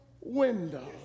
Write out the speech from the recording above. window